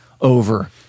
over